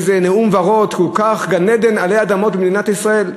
איזה נאום ורוד, גן-עדן עלי אדמות במדינת ישראל.